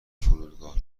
فرودگاه